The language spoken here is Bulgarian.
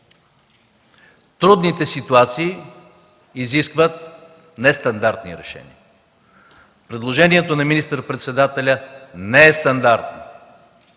Трудните ситуации изискват нестандартни решения. Предложението на министър-председателя не е стандартно.